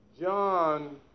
John